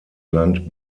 land